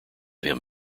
him